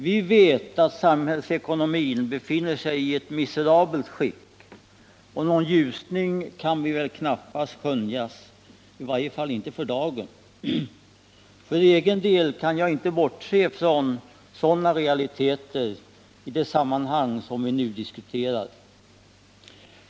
Vi vet att samhällsekonomin befinner sig i miserabelt skick, och någon ljusning kan väl knappast skönjas — i varje fall inte för dagen. För egen del kan jag inte bortse från sådana realiteter i det sammanhang som vi nu diskuterar.